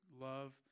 love